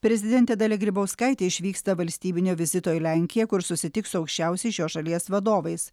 prezidentė dalia grybauskaitė išvyksta valstybinio vizito į lenkiją kur susitiks su aukščiausiais šios šalies vadovais